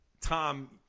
Tom